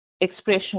expression